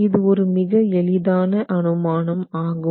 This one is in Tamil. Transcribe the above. இது ஒரு மிக எளிதான அனுமானம் ஆகும்